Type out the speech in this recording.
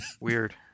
Weird